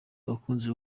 abakunzi